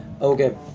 okay